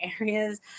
areas